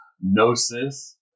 gnosis